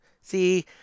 See